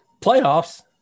Playoffs